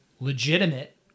legitimate